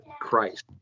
Christ